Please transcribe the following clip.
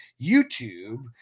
YouTube